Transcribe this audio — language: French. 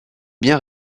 bien